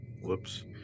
Whoops